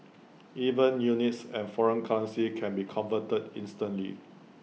even units and foreign currencies can be converted instantly